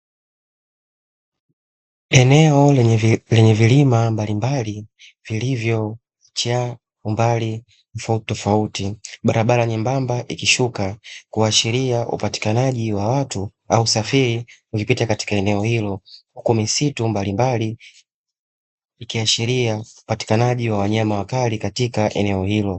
Eneo lenye vilima mbalimbali vilivyo acha umbali tofauti tofauti, barabara nyembamba ikishuka kuashiria upatikanaji wa watu au safiri ukipita katika eneo hilo, huku misitu mbalimbali ikiashiria upatikanaji wa wanyama wakali katika eneo hilo.